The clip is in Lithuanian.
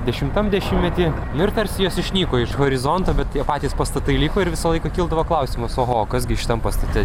dešimtam dešimtmety nu ir tarsi jos išnyko iš horizonto bet tie patys pastatai liko ir visą laiką kildavo klausimas oho kas gi šitam pastate